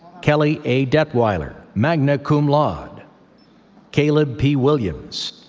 kelly a. detweiler, magna cum laude caleb p. williams.